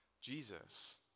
Jesus